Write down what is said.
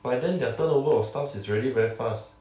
by then their turnover of staffs is already very fast